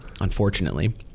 unfortunately